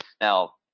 Now